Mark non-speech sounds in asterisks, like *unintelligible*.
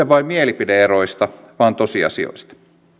*unintelligible* vain mielipide eroista vaan tosiasioista